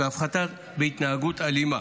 והפחתת התנהגות אלימה.